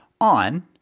on